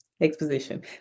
exposition